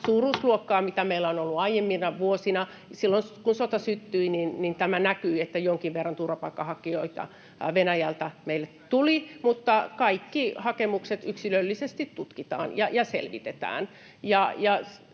koputtaa] mitä meillä on ollut aiempina vuosina. Silloin, kun sota syttyi, tämä näkyi, että jonkin verran turvapaikkahakijoita Venäjältä meille tuli, mutta kaikki hakemukset yksilöllisesti tutkitaan ja selvitetään.